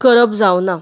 करप जावंक ना